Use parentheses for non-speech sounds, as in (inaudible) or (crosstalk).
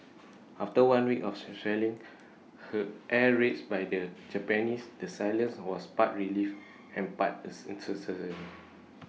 after one week of shelling and air raids by the Japanese the silence was part relief and part uncertainty (noise)